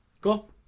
Cool